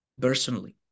personally